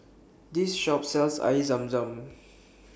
This Shop sells Air Zam Zam